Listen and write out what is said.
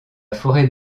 forêt